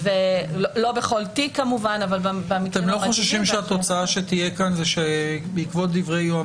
אנחנו נתפסים כמובן למה שאומר יושב-ראש